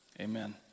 amen